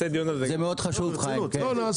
לכולם.